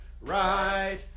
Right